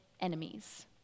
enemies